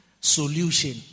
solution